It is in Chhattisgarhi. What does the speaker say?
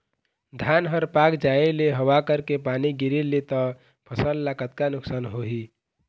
धान हर पाक जाय ले हवा करके पानी गिरे ले त फसल ला कतका नुकसान होही?